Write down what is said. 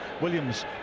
Williams